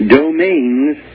domains